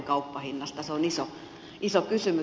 se on iso kysymys